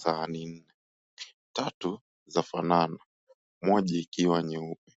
Sahani nne, tatu zafanana moja ikiwa nyeupe